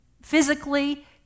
physically